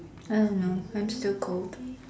I don't know I'm still cold